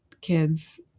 kids